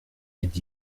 mit